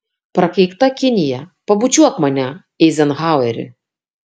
prakeikta kinija pabučiuok mane eizenhaueri